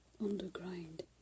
underground